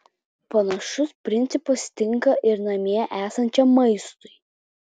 panašus principas tinka ir namie esančiam maistui